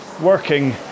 working